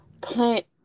plant